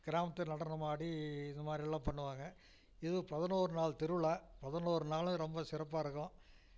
கிராமத்து நடனமாடி இது மாரில்லாம் பண்ணுவாங்க இது பதினோரு நாள் திருவிழா பதினோரு நாளும் ரொம்ப சிறப்பாக இருக்கும்